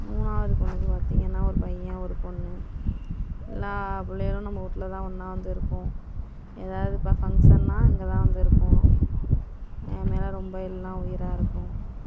மூணாவது பெண்ணுக்கு பார்த்திங்கன்னா ஒரு பையன் ஒரு பெண்ணு எல்லா பிள்ளைங்களும் நம்ம விட்டுல தான் ஒன்றா வந்து இருக்கும் ஏதாவது இப்போ ஃபங்க்ஷன்னால் இங்கே தான் வந்து இருக்கும் என் மேல் ரொம்ப எல்லாம் உயிராக இருக்கும்